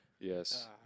Yes